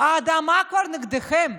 האדמה כבר נגדכם,